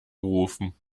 gerufen